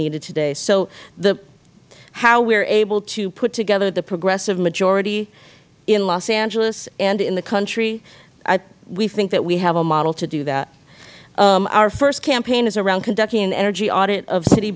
needed today so how we are able to put together the progressive majority in los angeles and in the country we think that we have a model to do that our first campaign is around conducting an energy audit of city